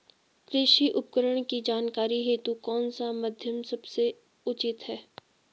कृषि उपकरण की जानकारी हेतु कौन सा माध्यम सबसे उचित है?